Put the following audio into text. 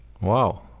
Wow